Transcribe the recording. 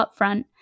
upfront